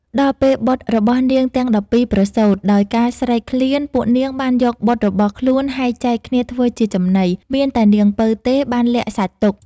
ដល់ពេលបុត្ររបស់នាងទាំង១២ប្រសូត ដោយការស្រេកឃ្លាន ពួកនាងបានយកបុត្ររបស់ខ្លួនហែកចែកគ្នាធ្វើជាចំណី មានតែនាងពៅទេបានលាក់សាច់ទុក។